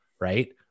right